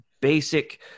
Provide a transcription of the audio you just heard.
basic